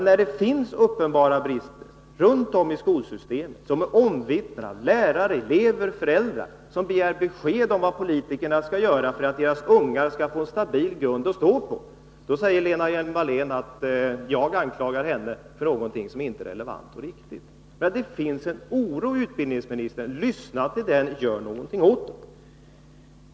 När det finns uppenbara brister i skolsystemet som är omvittnade av lärare, elever och föräldrar, som begär besked om vad politikerna skall göra för att deras ungar skall få en stabil grund att stå på, då säger Lena Hjelm-Wallén att jag anklagar henne för någonting som inte är relevant och riktigt. Men det finns en oro, utbildningsministern. Lyssna till den och gör någonting åt den!